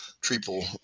TRIPLE